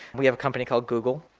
we have a company called google.